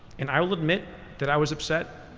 and i will admit that i was upset,